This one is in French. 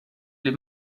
les